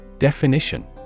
Definition